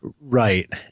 Right